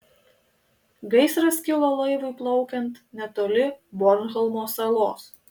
gaisras kilo laivui plaukiant netoli bornholmo salos